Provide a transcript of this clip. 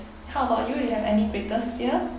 how about you do you have any greatest fear